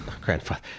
grandfather